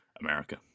America